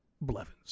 Blevins